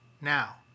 now